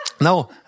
No